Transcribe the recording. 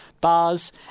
bars